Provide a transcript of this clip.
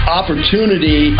opportunity